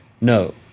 No